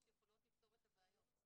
המצלמות שיכולות לפתור את הבעיות.